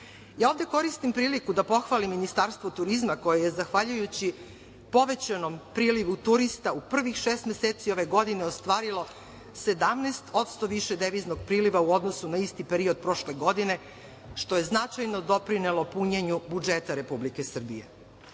ovde koristim priliku da pohvalim Ministarstvo turizma koje je, zahvaljujući povećanom prilivu turista, u prvih šest meseci ove godine ostvarilo 17% više deviznog priliva u odnosu na isti period prošle godine, što je značajno doprinelo punjenju budžeta Republike Srbije. Sve